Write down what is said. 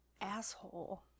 asshole